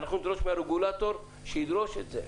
ואנחנו נדרוש מהרגולטור שידרוש את זה,